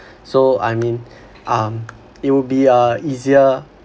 so I mean um it would be uh easier